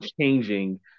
changing